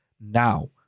now